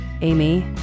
Amy